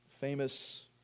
famous